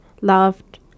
loved